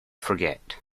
forget